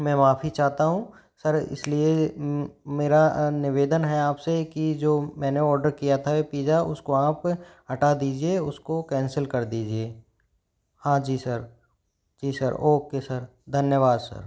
मैं माफ़ी चाहता हूँ सर इसलिए मेरा निवेदन है आपसे कि जो मैंने आर्डर किया था पिजा उसको आप हटा दीजिए उसको कैंसिल कर दीजिए हाँ जी सर जी सर ओके सर धन्यवाद सर